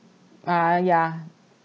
ah yeah